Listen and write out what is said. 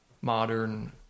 modern